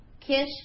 Kish